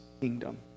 kingdom